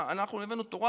אנחנו הבאנו תורה